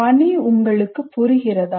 பணி உங்களுக்கு புரிகிறதா